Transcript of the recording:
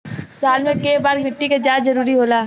साल में केय बार मिट्टी के जाँच जरूरी होला?